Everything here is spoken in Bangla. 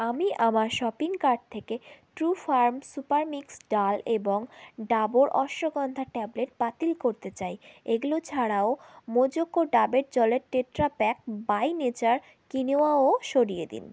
আমি আমার শপিং কার্ট থেকে ট্রুফার্ম সুপার মিক্স ডাল এবং ডাবর অশ্বগন্ধা ট্যাবলেট বাতিল করতে চাই এগুলো ছাড়াও মোজোকো ডাবের জলের টেট্রাপ্যাক বাই নেচার কিনোয়াও সরিয়ে দিন